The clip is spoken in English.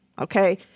Okay